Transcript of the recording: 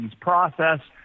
process